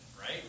right